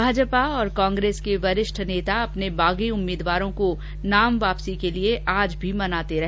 भाजपा और कांग्रेस के वरिष्ठ नेता अपने बागी उम्मीदवारों को नाम वापस के लिए आज भी मनाते रहे